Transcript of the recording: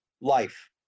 life